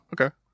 Okay